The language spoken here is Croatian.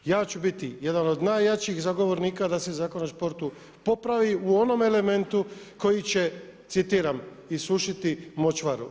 Ja ću biti jedan od najjačih zagovornika da se Zakon o sportu popravi u onom elementu koji će citiram: „Isušiti močvaru“